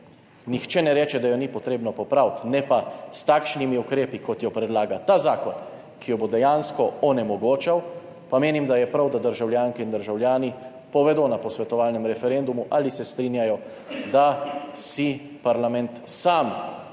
nihče ne reče, da je ni potrebno popraviti, ne pa s takšnimi ukrepi, kot jih predlaga ta zakon, ki jo bo dejansko onemogočal – menim, da je prav, da državljanke in državljani povedo na posvetovalnem referendumu, ali se strinjajo, da si parlament sam